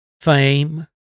fame